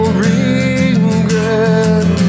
regret